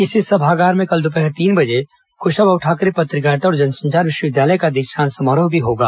इसी सभागार में कल दोपहर तीन बजे क्शाभाऊ ठाकरे पत्रकारिता और जनसंचार विश्वविद्यालय का दीक्षांत समारोह भी होगा